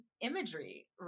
imagery